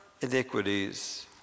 iniquities